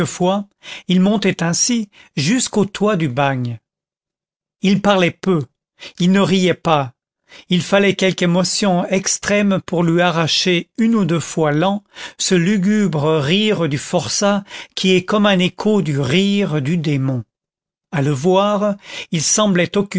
il montait ainsi jusqu'au toit du bagne il parlait peu il ne riait pas il fallait quelque émotion extrême pour lui arracher une ou deux fois l'an ce lugubre rire du forçat qui est comme un écho du rire du démon à le voir il semblait